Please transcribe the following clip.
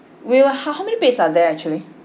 wait ho~ how many beds are they actually